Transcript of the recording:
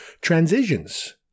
transitions